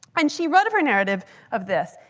and she wrote of her narrative of this.